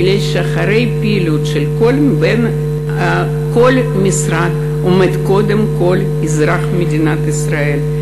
ומאחורי הפעילות של כל משרד עומד קודם כול אזרח מדינת ישראל.